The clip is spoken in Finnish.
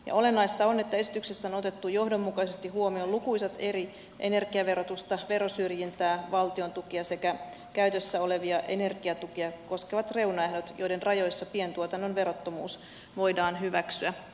olennaista on että esityksessä on otettu johdonmukaisesti huomioon lukuisat energiaverotusta verosyrjintää valtion tukia sekä käytössä olevia energiatukia koskevat eri reunaehdot joiden rajoissa pientuotannon verottomuus voidaan hyväksyä